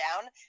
down